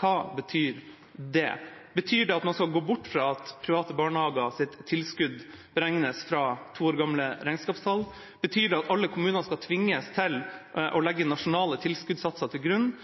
Hva betyr det? Betyr det at man skal gå bort fra at private barnehagers tilskudd beregnes fra to år gamle regnskapstall? Betyr det at alle kommunene skal tvinges til å legge nasjonale tilskuddssatser til grunn?